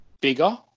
bigger